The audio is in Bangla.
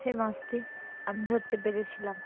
সেই মাছটি আমি ধরতে পেরেছিলাম